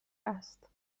است